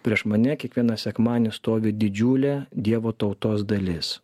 prieš mane kiekvieną sekmadienį stovi didžiulė dievo tautos dalis